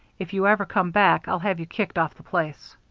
if you ever come back, i'll have you kicked off the place.